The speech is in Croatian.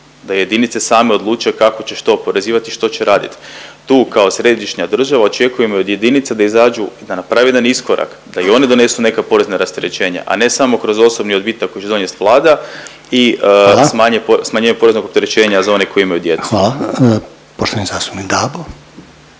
da jedinice same odluče kako će što oporezivati i što će radit. Tu kao središnja država očekujemo i od jedinica da izađu, da naprave jedan iskorak da i one donesu neka porezna rasterećenja, a ne samo kroz osobni odbitak koji će donest Vlada …/Upadica Reiner: Hvala./… i smanjenje poreznog opterećenja za one koji imaju djecu. **Reiner,